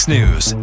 News